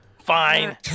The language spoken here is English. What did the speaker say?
fine